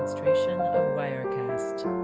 trees wirecast